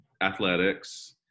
athletics